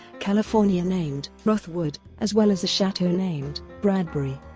california named rothwood as well as a chateau named bradbury.